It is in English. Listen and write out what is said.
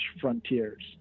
frontiers